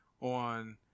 on